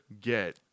get